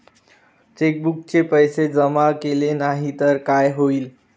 चेकबुकचे पैसे जमा केले नाही तर काय होईल?